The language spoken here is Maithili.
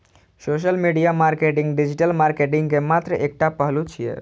social media marketing digital marketing के मात्र एकटा पहलू छियै